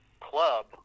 club